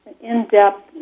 in-depth